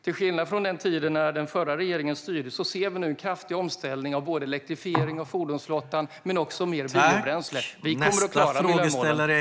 Till skillnad från den tid när den förra regeringen styrde ser vi nu en kraftig omställning vad gäller både elektrifiering av fordonsflottan och mer biobränslen. Vi kommer att klara miljömålet.